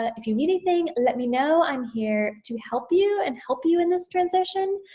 ah if you need anything let me know, i'm here to help you, and help you in this transition,